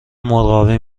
مرغابی